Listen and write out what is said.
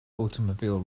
automobile